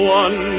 one